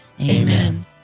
Amen